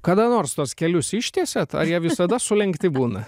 kada nors tuos kelius ištiesiat ar jie visada sulenkti būna